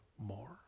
more